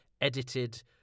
edited